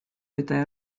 eta